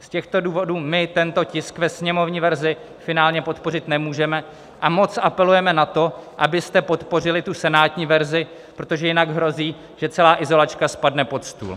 Z těchto důvodů my tento tisk ve sněmovní verzi finálně podpořit nemůžeme a moc apelujeme na to, abyste podpořili senátní verzi, protože jinak hrozí, že celá izolačka spadne pod stůl.